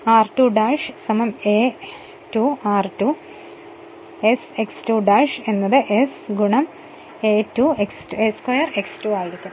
അത് അവിടെ ആയിരിക്കും r2 a² r2 s X 2 എന്നത് s a²X 2 ആയിരിക്കും